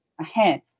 Ahead